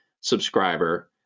subscriber